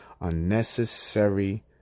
unnecessary